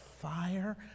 fire